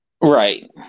Right